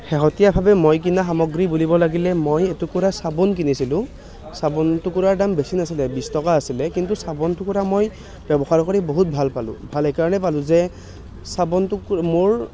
শেহতীয়াভাৱে মই কিনা সামগ্ৰী বুলিব লাগিলে মই এটুকুৰা চাবোন কিনিছিলোঁ চাবোনটুকুৰাৰ দাম বেছি নাছিলে বিছ টকা আছিলে কিন্তু চাবোনটুকুৰা মই ব্যৱহাৰ কৰি বহুত ভাল পালোঁ ভাল এইকাৰণে পালোঁ যে চাবোনটুকুৰ মোৰ